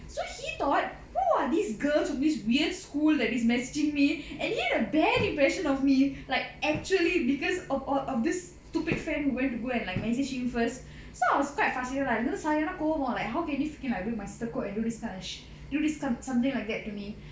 so he thought who are these girls from this weird school that is messaging me and he had a bad impression of me like actually because of all of this stupid friend who went to go and like message him first so I was quite frustrated lah you know சரியான கோவம்:sariyana kovam like how can you freaking like break my sister code and do this kind of do this kind of something like that to me